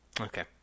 Okay